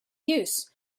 use